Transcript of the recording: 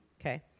Okay